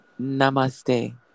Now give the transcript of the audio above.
namaste